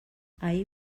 ahir